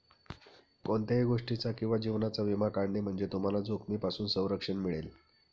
कोणत्याही गोष्टीचा किंवा जीवनाचा विमा काढणे म्हणजे तुम्हाला जोखमीपासून संरक्षण मिळेल